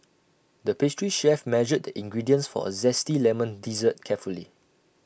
the pastry chef measured the ingredients for A Zesty Lemon Dessert carefully